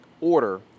order